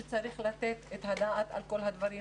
שצריך לתת את הדעת על כל הדברים,